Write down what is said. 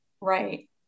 Right